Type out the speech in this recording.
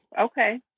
okay